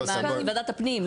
עם וועדת הפנים.